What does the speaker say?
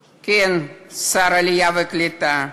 כן, שר העלייה והקליטה,